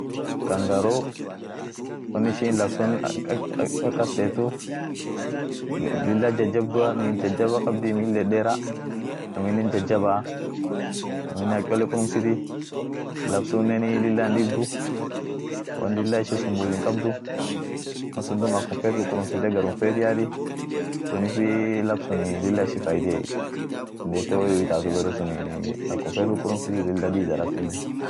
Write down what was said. kangaruu woin ishin laf sun ak-ak-akastetuf lila ja-jabdua mil jajaba kabdi mildedera aminen jajabaa, aminen ak cholle kurumsiti, laf sunenii lila hindibdu, won lilla ishi sumbuut hinkabdu malsun duum akum feet kukurumsite garum feet yaati, sunifi laf sun lilla ishiafaitiey, dandeete woyu hi itatu baresunii akumfeet kukurumsiti lila diida laftinen.